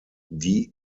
die